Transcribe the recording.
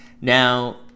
Now